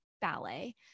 ballet